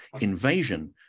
Invasion